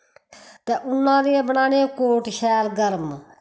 ते उन्ना दियां बनाने कोट शैल गर्म